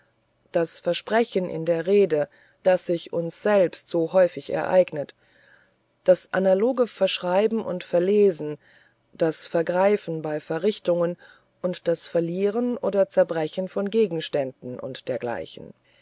das versprechen in der rede das sich uns selbst so häufig ereignet das analoge verschreiben und verlesen das vergreifen bei verrichtungen und das verlieren oder zerbrechen von gegenständen u dgl